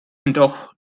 doch